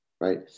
Right